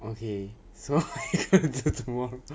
okay so